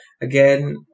again